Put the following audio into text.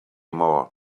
more